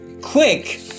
quick